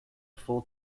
full